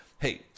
hey